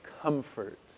comfort